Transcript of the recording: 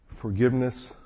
forgiveness